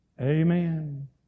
Amen